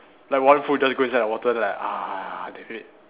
like one foot just go inside the water then like ah damn it